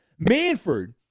Manford